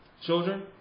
Children